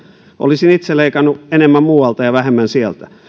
olisin itse leikannut enemmän muualta ja vähemmän sieltä